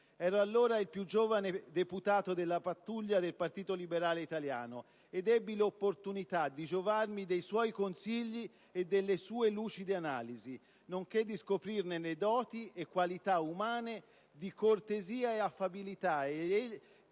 Ero allora il più giovane deputato della pattuglia del Partito Liberale Italiano ed ebbi l'opportunità di giovarmi dei suoi consigli e delle sue lucide analisi, nonché di scoprirne le doti e le qualità umane di cortesia e affabilità,